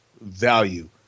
value